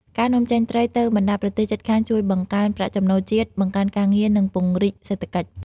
ការនាំចេញត្រីទៅបណ្ដាលប្រទេសជិតខាងជួយបង្កើនប្រាក់ចំណូលជាតិ បង្កើតការងារ និង ពង្រីកសេដ្ឋកិច្ច។